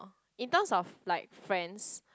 in term of like friends